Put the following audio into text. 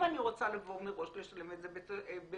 אם אני רוצה לבוא מראש לשלם את זה במזומן,